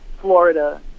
florida